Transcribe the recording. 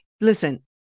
Listen